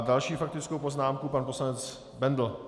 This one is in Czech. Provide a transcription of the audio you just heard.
Další faktickou poznámku má pan poslanec Bendl.